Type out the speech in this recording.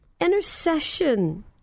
Intercession